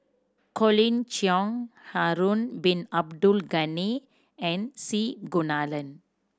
Colin Cheong Harun Bin Abdul Ghani and C Kunalan